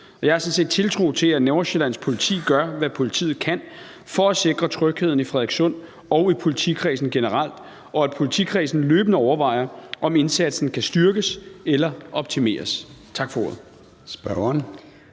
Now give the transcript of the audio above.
set tiltro til, at Nordsjællands Politi gør, hvad de kan, for at sikre trygheden i Frederikssund og i politikredsen generelt, og at politikredsen løbende overvejer, om indsatsen kan styrkes eller optimeres.